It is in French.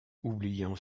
oubliant